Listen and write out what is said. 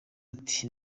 ati